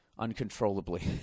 uncontrollably